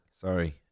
Sorry